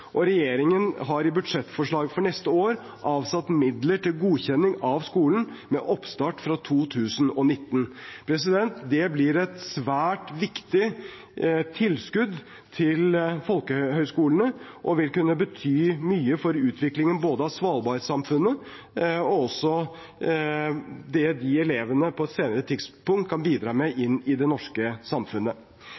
og regjeringen har i budsjettforslaget for neste år avsatt midler til godkjenning av skolen med oppstart fra 2019. Det blir et svært viktig tilskudd til folkehøyskolene og vil kunne bety mye for utviklingen av både Svalbard-samfunnet og også det de elevene på et senere tidspunkt kan bidra med